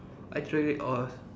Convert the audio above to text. actually oil